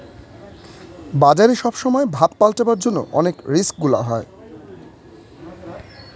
বাজারে সব সময় ভাব পাল্টাবার জন্য অনেক রিস্ক গুলা হয়